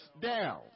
down